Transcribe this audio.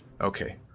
Okay